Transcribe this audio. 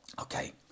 Okay